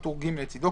בטור ג' לצדו,